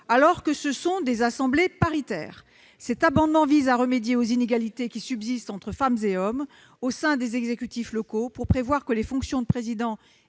alors que ce sont des assemblées paritaires ! Cet amendement vise à remédier aux inégalités qui subsistent entre femmes et hommes au sein des exécutifs locaux et prévoit que les titulaires des fonctions de président